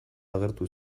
agertu